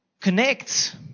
Connect